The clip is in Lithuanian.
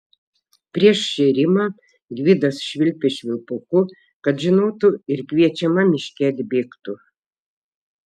prieš šėrimą gvidas švilpė švilpuku kad žinotų ir kviečiama miške atbėgtų